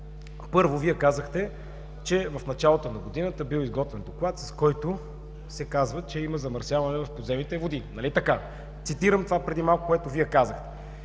Първо, Вие казахте, че в началото на годината бил изготвен доклад, с който се казва, че има замърсяване в подземните води, нали така? Цитирам това, което казахте